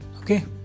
Okay